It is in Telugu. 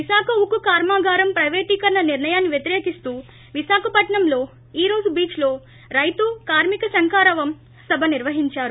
విశాఖ ఉక్కు కర్మాగారం ప్రైవేటీకరణ నిర్ణయాన్ని వ్యతిరేకిస్తూ విశాఖపట్సంలో ఈ రోజు బీచ్లో రైతు కార్మిక శంఖారావం సభ నిర్వహించారు